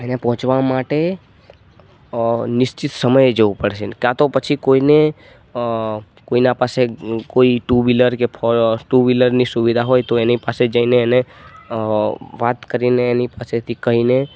એને પહોંચવા માટે નિશ્ચિત સમયે જવું પડશે કાં તો પછી કોઈને કોઈના પાસે કોઈ ટુ વ્હીલર કે ફોર ટુ વ્હીલરની સુવિધા હોય તો એની પાસે જઈને એને વાત કરીને એની પાસેથી કહીને